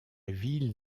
ville